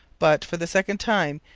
but, for the second time,